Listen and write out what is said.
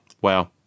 wow